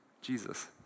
Jesus